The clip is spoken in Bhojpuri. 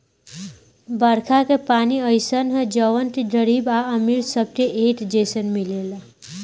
बरखा के पानी अइसन ह जवन की गरीब आ अमीर सबके एके जईसन मिलेला